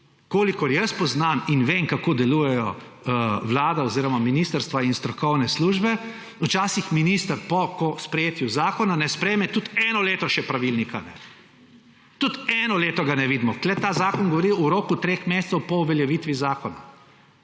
Kolikor jaz poznam in vem, kako delujejo vlade oziroma ministrstva in strokovne službe, včasih minister po sprejetju zakona ne sprejme tudi eno leto še pravilnika. Tudi eno leto ga ne vidimo. Tukaj ta zakon govori o roku treh mesecev po uveljavitvi zakona.